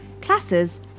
classes